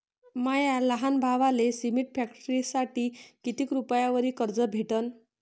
माया लहान भावाले सिमेंट फॅक्टरीसाठी कितीक रुपयावरी कर्ज भेटनं?